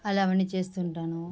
అలా అవన్నీ చేస్తుంటాను